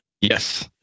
yes